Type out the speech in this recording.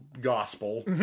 gospel